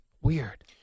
Weird